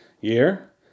year